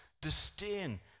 disdain